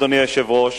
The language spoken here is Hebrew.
אדוני היושב-ראש,